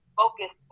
focus